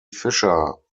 fischer